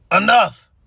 enough